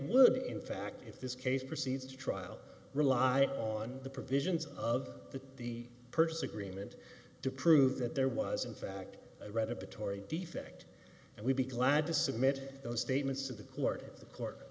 would in fact if this case proceeds to trial rely on the provisions of the the purchase agreement to prove that there was in fact a read of the tory defect and we'd be glad to submit those statements to the court the court